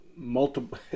multiple